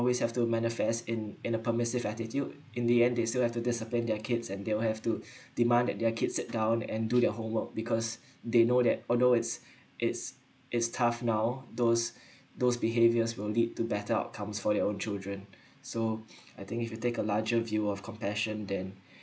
always have to manifest in in a permissive attitude in the end they still have to discipline their kids and they will have to demand that their kids sit down and do their homework because they know that although it's it's it's tough now those those behaviors will lead to better outcomes for their own children so I think if you take a larger view of compassion then